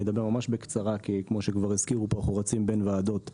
אני אדבר ממש בקצרה כי כמו שהזכירו כאן אנחנו רצים בין הוועדות השונות.